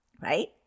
right